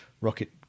rocket